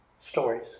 stories